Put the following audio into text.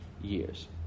years